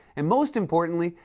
and, most importantly,